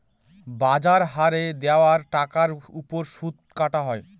বাজার হারে দেওয়া টাকার ওপর সুদ কাটা হয়